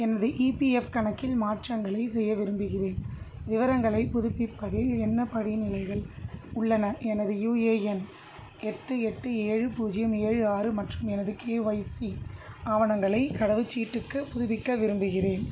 எனது இபிஎஃப் கணக்கில் மாற்றங்களைச் செய்ய விரும்புகிறேன் விவரங்களை புதுப்பிப்பதில் என்ன படிநிலைகள் உள்ளன எனது யுஏஎன் எட்டு எட்டு ஏழு பூஜ்ஜியம் ஏழு ஆறு மற்றும் எனது கேஒய்சி ஆவணங்களை கடவுச்சீட்டுக்கு புதுப்பிக்க விரும்புகிறேன்